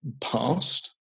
past